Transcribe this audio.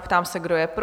Ptám se, kdo je pro?